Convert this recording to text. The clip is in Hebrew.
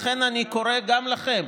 לכן אני קורא גם לכם,